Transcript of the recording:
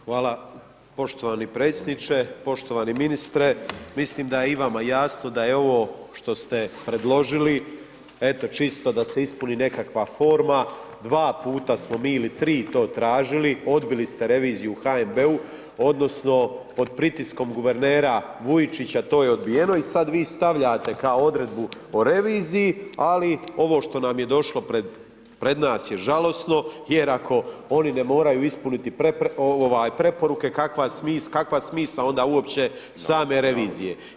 Hvala, poštovani predsjedničke, poštovani ministre, mislim da je i vama jasno da je ovo što ste predložili eto čisto da se ispuni nekakva forma, dva puta smo mi ili tri to tražili, odbili ste reviziju u HNB-u odnosno pod pritiskom guvernera Vujčića to je odbijeno i sad vi stavljate kao odredbu o reviziji, ali ovo što nam je došlo pred nas je žalosno, jer ako oni ne moraju ispuniti ovaj preporuke kakva smisao onda uopće same revizije.